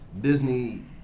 Disney